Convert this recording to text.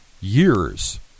years